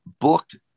booked